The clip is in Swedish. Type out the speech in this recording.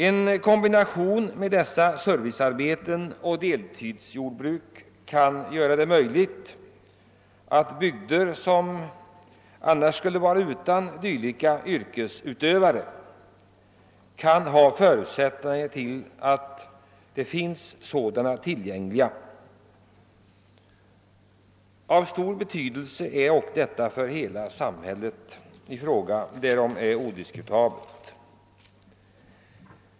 En kombination av servicearbeten och deltidsjordbruk kan möjliggöra att bygder som annars skulle sakna yrkesutövare på olika serviceområden får tillgång till sådana. Detta är av stor betydelse för hela samhället — det är odiskutabelt.